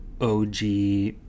OG